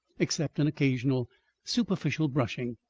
except an occasional superficial brushing,